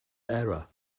error